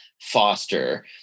foster